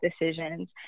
decisions